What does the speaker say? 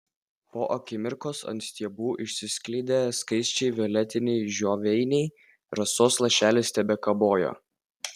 po akimirkos ant stiebų išsiskleidė skaisčiai violetiniai žioveiniai rasos lašelis tebekabojo